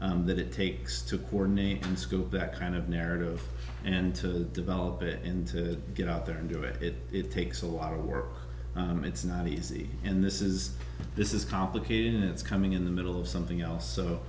that it takes to coordinate and scope that kind of narrative and to develop it and to get out there and do it if it takes a lot of work and it's not easy and this is this is complicated and it's coming in the middle of something else